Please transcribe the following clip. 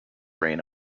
rain